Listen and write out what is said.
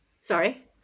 Sorry